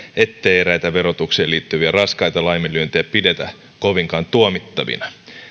ettei eräitä verotukseen liittyviä raskaita laiminlyöntejä pidetä kovinkaan tuomittavina